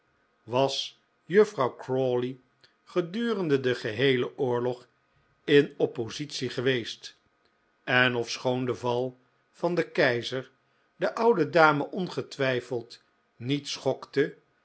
was juffrouw crawley gedurende den geheelen oorlog in oppositie geweest en ofschoon de val van den keizer de oude dame ongetwijfeld niet schokte